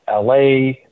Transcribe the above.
LA